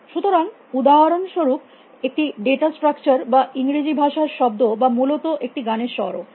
সুতরাং উদাহরনস্বরুপ একটি ডেটা স্ট্রাকচার বা ইংরাজী ভাষা র শব্দ বা মূলত একটি গানের স্বরও